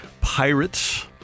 Pirates